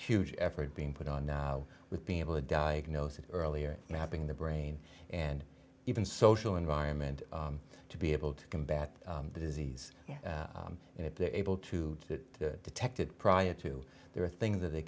huge effort being put on now with being able to diagnose it earlier mapping the brain and even social environment to be able to combat the disease and if they're able to detect it prior to there are things th